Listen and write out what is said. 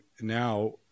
now